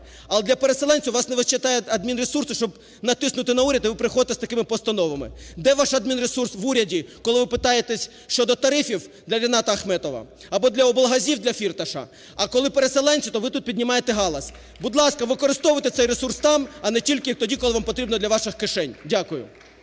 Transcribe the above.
але для переселенців у вас не вистачає адмінресурсу, щоб натиснути на уряд, і ви приходити з такими постановами. Де ваш адмінресурс в уряді, коли ви питаєтеся щодо тарифів для Ріната Ахметова або для облгазів для Фірташа, а коли переселенці, то ви тут піднімаєте галас. Будь ласка, використовуйте цей ресурс там, а не тільки тоді, коли вам потрібно для ваших кишень. Дякую.